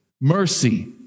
mercy